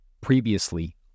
Previously